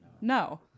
No